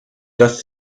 das